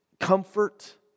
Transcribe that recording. comfort